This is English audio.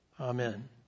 Amen